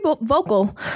vocal